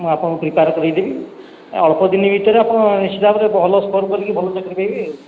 ମୁଁ ଆପଣଙ୍କୁ ପ୍ରିପେୟାର କରେଇଦେବି ଆଉ ଅଳ୍ପ ଦିନ ଭିତରେ ଆପଣ ନିଶ୍ଚିତ ଭାବରେ ଭଲ ସ୍କୋର କରିକି ଭଲ ଚାକିରି ପାଇବେ ଆଉ